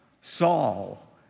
Saul